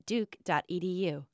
Duke.edu